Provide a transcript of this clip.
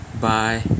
bye